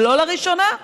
ולא לראשונה,